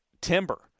timber